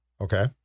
Okay